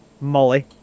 Molly